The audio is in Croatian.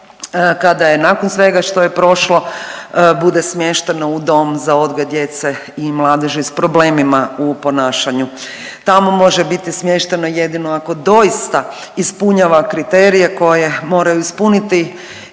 kada je nakon svega što je prošlo bude smješteno u dom za odgoj djece i mladeži s problemima u ponašanju. Tamo može biti smještano jedino ako doista ispunjava kriterije koje moraju ispuniti